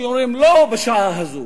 והוא אומר להם: לא בשעה הזאת,